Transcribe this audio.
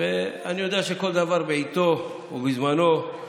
ואני יודע שכל דבר בעיתו ובזמנו,